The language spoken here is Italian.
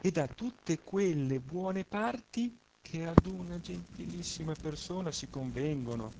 ed ha tutte quelle buone parti che ad una gentilissima persona si convengono